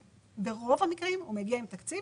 ברוב המקרים הוא מגיע עם תקציב